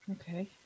Okay